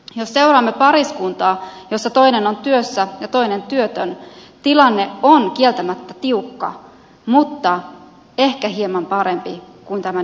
jos seuraamme pariskuntaa josta toinen on työssä ja toinen työtön tilanne on kieltämättä tiukka mutta ehkä hieman parempi kuin tämän yksin elävän